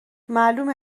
معلومه